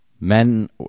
men